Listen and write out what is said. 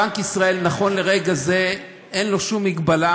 בנק ישראל, נכון לרגע זה, אין לו שום מגבלה.